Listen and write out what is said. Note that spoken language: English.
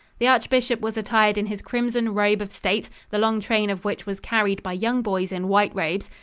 the archbishop was attired in his crimson robe of state, the long train of which was carried by young boys in white robes,